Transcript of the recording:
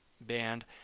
band